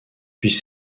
puis